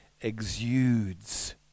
exudes